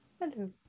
hello